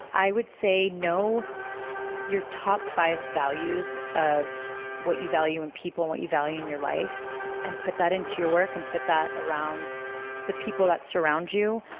i would say know your top five values of what you value in people and what you value in your life and put that into your work and put that around the people that surround you.